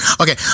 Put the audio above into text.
Okay